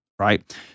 right